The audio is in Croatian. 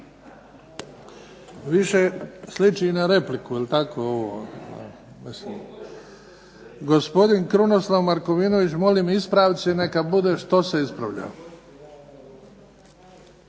Više sliči na repliku, jel tako ovo. Gospodin Krunoslav Markovinović. Molim ispravci neka bude što se ispravlja.